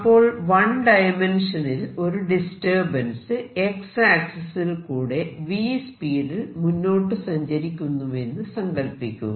അപ്പോൾ 1 ഡയമെൻഷനിൽ ഒരു ഡിസ്റ്റർബൻസ് X ആക്സിസിൽ കൂടെ v സ്പീഡിൽ മുന്നോട്ടു സഞ്ചരിക്കുന്നുവെന്ന് സങ്കൽപ്പിക്കുക